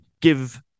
give